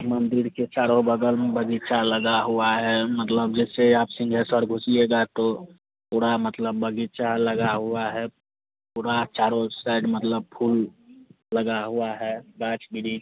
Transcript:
मंदिर के चारों बगहल में बग़ीचा लगा हुआ है मतलब जैसे आप सिंहेश्वर घुसिएगा तो पूरा मतलब बग़ीचा लगा हुआ है पूरा चारों सइड मतलब फूल लगा हुआ है बाछ बृछ